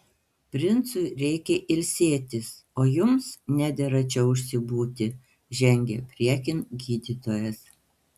princui reikia ilsėtis o jums nedera čia užsibūti žengė priekin gydytojas